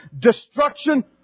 destruction